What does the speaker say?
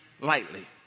lightly